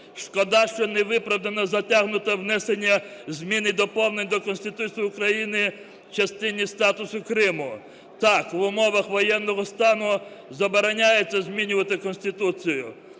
Шкода, що невиправдано затягнуто внесення змін і доповнень до Конституції України в частині статусу Криму. Так, в умовах воєнного стану забороняється змінювати Конституцію,